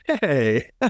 Hey